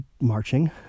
marching